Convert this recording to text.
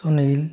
Sunil